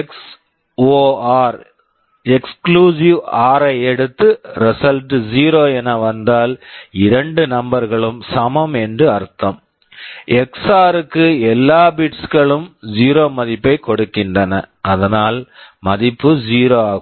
XOR XOR ஐ எடுத்து result result 0 என வந்தால் இரண்டு நம்பர் number களும் சமம் என்று அர்த்தம் எக்ஸ்ஒஆர் XOR க்கு எல்லா பிட்ஸ் bits களும் 0 மதிப்பைக் கொடுக்கின்றன அதனால்தான் மதிப்பு 0 ஆகும்